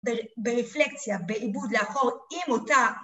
בריפלקציה, בעיבוד לאחור עם אותה